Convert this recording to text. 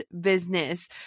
business